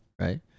right